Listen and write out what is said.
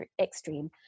extreme